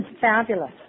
fabulous